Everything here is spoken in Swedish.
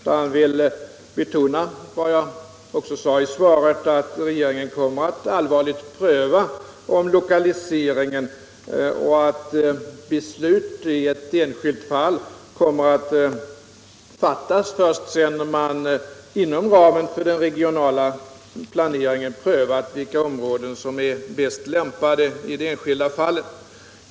Jag vill betona vad jag sade i svaret, nämligen att regeringen kommer att allvarligt pröva omlokaliseringen och att beslut i ett enskilt fall kommer att fattas först sedan man inom ramen för den lokala planeringen prövat vilka områden som är bäst lämpade i det enskilda fallet.